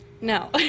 No